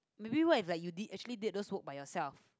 maybe what if like you did actually did those work by yourself